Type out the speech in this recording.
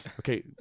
Okay